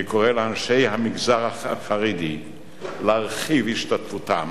אני קורא לאנשי המגזר החרדי להרחיב השתתפותם